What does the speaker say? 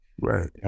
Right